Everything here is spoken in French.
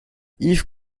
yves